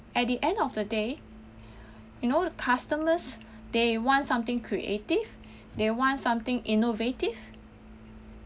at the end of the day you know the customers they want something creative they want something innovative